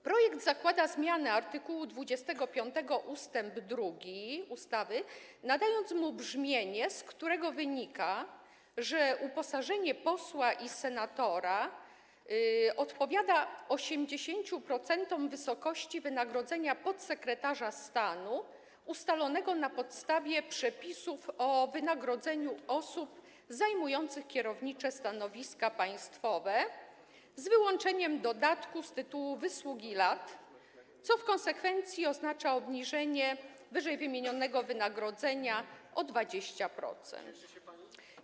Projekt zakłada zmianę art. 25 ust. 2 ustawy, nadając mu brzmienie, z którego wynika, że uposażenie posła i senatora odpowiada 80% wysokości wynagrodzenia podsekretarza stanu ustalonego na podstawie przepisów o wynagrodzeniu osób zajmujących kierownicze stanowiska państwowe, z wyłączeniem dodatku z tytułu wysługi lat, co w konsekwencji oznacza obniżenie wyżej wymienionego wynagrodzenia o 20%.